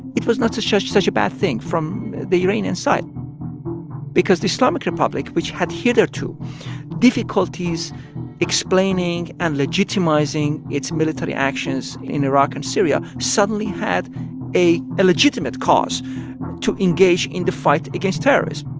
it was not such such a bad thing from the iranian side because the islamic republic, which had hitherto difficulties explaining and legitimizing its military actions in iraq and syria, suddenly had a a legitimate cause to engage in the fight against terrorists